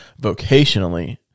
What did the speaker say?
vocationally